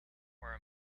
were